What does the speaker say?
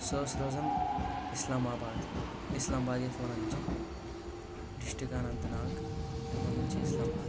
سۄ ٲس روزان اسلام آباد اسلام آباد یتھ ونان چھِ ڈسٹرکٹ اننت ناگ یتھ ونان چھِ اسلام باد